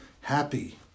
happy